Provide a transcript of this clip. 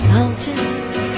Mountains